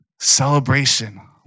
celebration